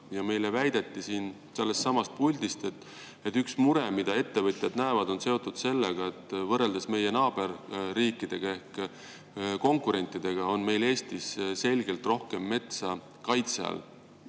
ja meile väideti sellestsamast puldist, et üks mure, mida ettevõtjad näevad, on seotud sellega, et võrreldes meie naaberriikidega ehk konkurentidega on meil Eestis selgelt rohkem metsa kaitse all.